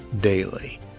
daily